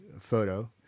photo